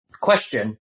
Question